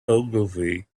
ogilvy